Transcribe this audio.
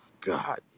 God